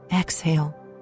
exhale